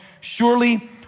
surely